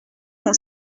l’on